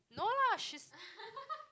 no lah she's